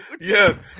Yes